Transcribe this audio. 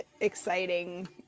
exciting